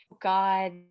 God